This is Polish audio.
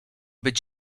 być